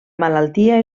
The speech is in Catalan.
malaltia